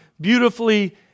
beautifully